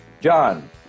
John